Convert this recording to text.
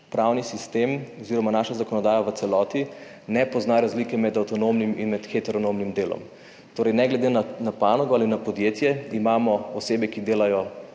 pravni sistem oziroma naša zakonodaja v celoti ne pozna razlike med avtonomnim in med heteronomnim delom. Torej, ne glede na panogo ali na podjetje, imamo osebe, ki delajo